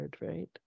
right